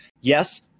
yes